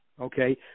Okay